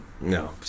No